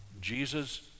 Jesus